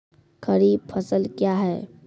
खरीफ फसल क्या हैं?